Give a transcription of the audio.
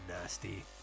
nasty